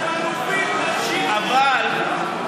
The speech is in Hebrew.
אתם אלופים, תמשיכו עם זה.